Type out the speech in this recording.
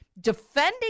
defending